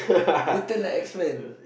written like X-Men